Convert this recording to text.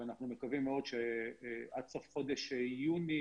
ואנחנו מקווים מאוד שעד סוף חודש יוני,